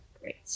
great